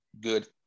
good